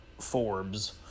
Forbes